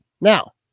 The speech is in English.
Now